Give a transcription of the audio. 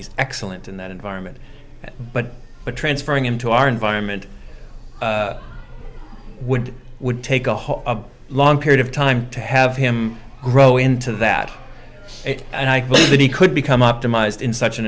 he's excellent in that environment but we're transferring him to our environment would would take a whole long period of time to have him grow into that and i believe that he could become optimized in such an